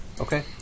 Okay